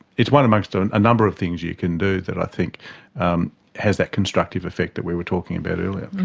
it's one amongst a and number of things you can do that i think has that constructive effect that we were talking about earlier.